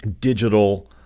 digital